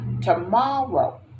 Tomorrow